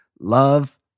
love